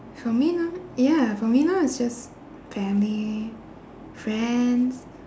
for me now ya for me now is just family friends